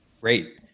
Great